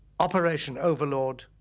operation overlord,